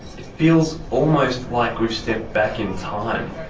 it feels almost like we've stepped back in time.